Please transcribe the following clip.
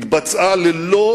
התבצעה ללא